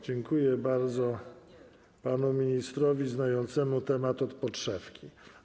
Dziękuję bardzo panu ministrowi, znającemu temat od podszewki.